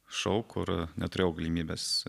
šou kur neturėjau galimybės